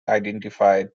identified